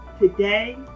Today